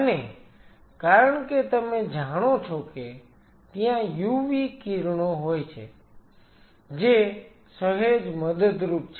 અને કારણ કે તમે જાણો છો કે ત્યાં UV કિરણો હોય છે જે સહેજ મદદરૂપ છે